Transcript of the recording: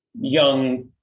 young